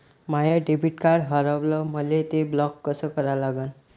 माय debit card हारवलं, मले ते ब्लॉक कस करा लागन?